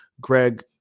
Greg